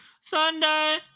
sunday